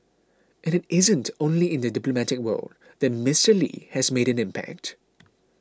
and it isn't only in the diplomatic world that Mister Lee has made an impact